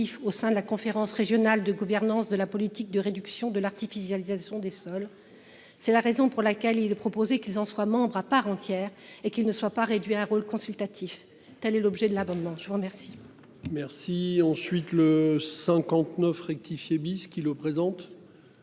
au sein de la conférence régionale de gouvernance de la politique de réduction de l'artificialisation des sols. C'est la raison pour laquelle il est proposé qu'il en soit membre à part entière et qu'ils ne soient pas réduits à un rôle consultatif. Telle est l'objet de l'abonnement. Je vous remercie.